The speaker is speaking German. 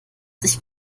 sich